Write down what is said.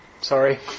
Sorry